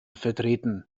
vertreten